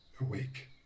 Awake